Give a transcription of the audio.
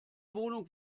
wohnung